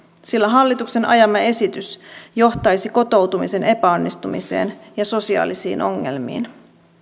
sillä hallituksen ajama esitys johtaisi kotoutumisen epäonnistumiseen ja sosiaalisiin ongelmiin